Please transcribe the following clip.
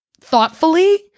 thoughtfully